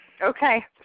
Okay